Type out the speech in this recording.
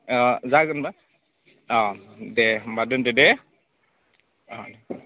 अ जागोनबा अ दे होनबा दोनदो दे अ